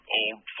old